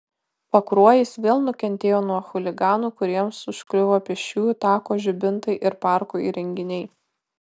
pakruojis vėl nukentėjo nuo chuliganų kuriems užkliuvo pėsčiųjų tako žibintai ir parko įrenginiai